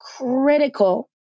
critical